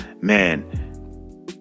man